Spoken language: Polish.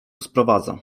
sprowadza